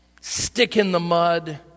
stick-in-the-mud